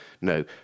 No